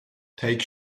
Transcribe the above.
take